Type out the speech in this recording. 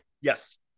Yes